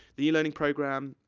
the elearning programme,